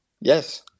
Yes